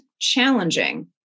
challenging